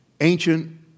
ancient